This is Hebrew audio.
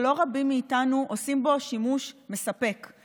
שלא רבים מאיתנו עושים בו שימוש מספק,